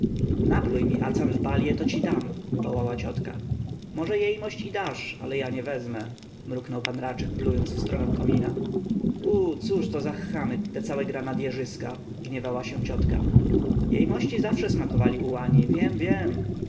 napluj mi acan w balię to ci dam wołała ciotka może jejmość i dasz ale ja nie wezmę mruknął pan raczek plując w stronę komina u cóżto za chamy te całe granadyerzyska gniewała się ciotka jejmości zawsze smakowali ułani wiem wiem